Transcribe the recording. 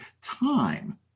time